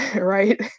right